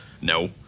No